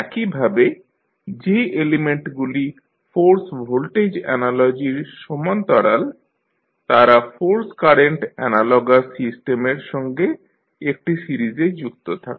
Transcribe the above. একইভাবে যে এলিমেন্টগুলি ফোর্স ভোল্টেজ অ্যানালজির সমান্তরাল তারা ফোর্স কারেন্ট অ্যানালগাস সিস্টেমের সঙ্গে একটি সিরিজে যুক্ত থাকে